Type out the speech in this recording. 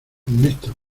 ernesto